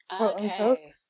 Okay